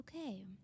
okay